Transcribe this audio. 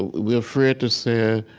we're afraid to say,